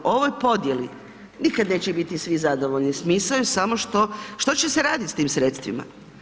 U ovoj podjeli nikad neće biti svi zadovoljni, smisao je samo što, što će se raditi s tim sredstvima.